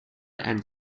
and